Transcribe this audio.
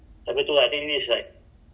the yang makan masa ah kan